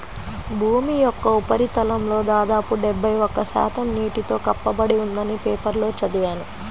భూమి యొక్క ఉపరితలంలో దాదాపు డెబ్బై ఒక్క శాతం నీటితో కప్పబడి ఉందని పేపర్లో చదివాను